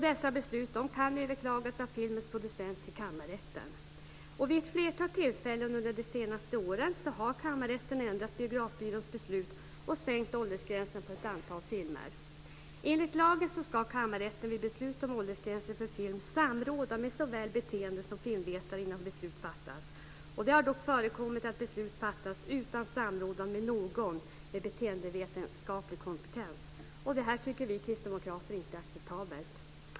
Dessa beslut kan överklagas av filmens producent till Kammarrätten. Vid ett flertal tillfällen under det senaste året har Kammarrätten ändrat Biografbyråns beslut och sänkt åldersgränsen på ett antal filmer. Enligt lagen ska Kammarrätten vid beslut om åldersgränser för film samråda med såväl beteendesom filmvetare innan beslut fattas. Det har dock förekommit att beslut fattas utan samråd med någon med beteendevetenskaplig kompetens. Det här tycker vi kristdemokrater inte är acceptabelt.